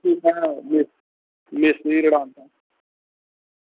ठीक ऐ मिस्तरी रड़ांदा